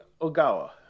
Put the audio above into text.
Ogawa